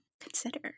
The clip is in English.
consider